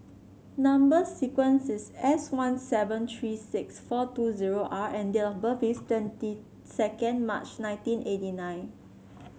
number sequence is S one seven three six four two zero R and date of birth is twenty second March nineteen eighty nine